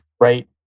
right